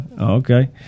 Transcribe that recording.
Okay